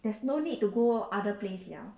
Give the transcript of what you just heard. there's no need to go other place liao